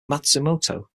matsumoto